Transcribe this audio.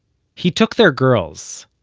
he took their girls,